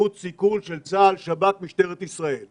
בזכות סיכול של צה"ל, שב"כ, משטרת ישראל.